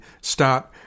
start